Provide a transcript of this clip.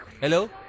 Hello